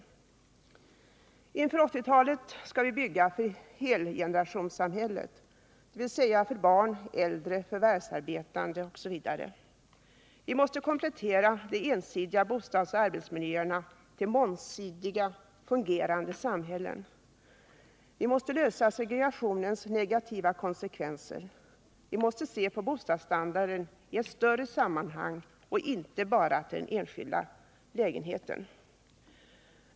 Inför 1980-talet skall vi bygga för helgenerationssamhället, dvs. för barn, förvärvsarbetande, äldre osv. Vi måste komplettera de ensidiga bostadsoch arbetsmiljöerna så att de blir mångsidiga och fungerande samhällen. Vi måste undanröja segregationens negativa konsekvenser. Vi måste se på bostadsstandarden i ett större sammanhang och inte bara tänka på den enskilda lägenheten.